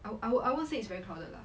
I won't I won't say it's very crowded lah